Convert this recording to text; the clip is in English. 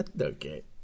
Okay